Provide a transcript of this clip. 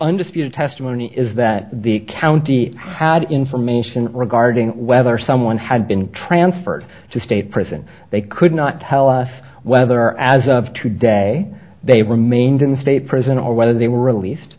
undisputed testimony is that the county had information regarding whether someone had been transferred to state prison they could not tell us whether as of today they remained in state prison or whether they were released